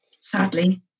sadly